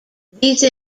these